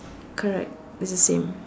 correct it's the same